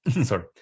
sorry